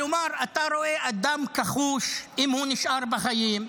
כלומר, אתה רואה אדם כחוש, אם הוא נשאר בחיים,